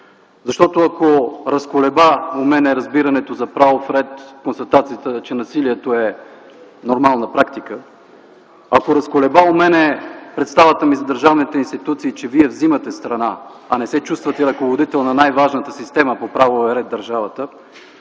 Защото, ако разколеба у мен разбирането за правов ред констатацията, че насилието е нормална практика, ако разколеба у мен представата ми за държавните институции, че вие взимате страна, а не се чувствате ръководител на най-важната система по правовия ред в държавата,